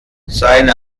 seine